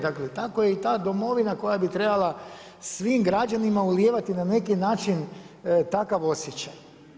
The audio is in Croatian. Dakle, tako je i ta domovina koja bi trebala svim građanima ulijevati na neki način takav osjećaj.